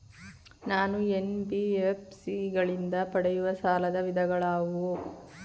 ನಾನು ಎನ್.ಬಿ.ಎಫ್.ಸಿ ಗಳಿಂದ ಪಡೆಯುವ ಸಾಲದ ವಿಧಗಳಾವುವು?